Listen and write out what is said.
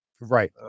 right